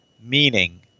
meaning